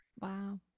Wow